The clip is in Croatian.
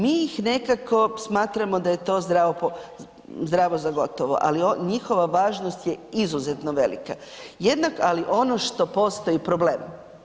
Mi ih nekako smatramo da je to zdravo za gotovo, ali njihova važnost je izuzetno velika, ali što postoji problem.